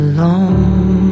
Alone